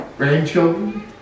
Grandchildren